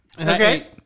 Okay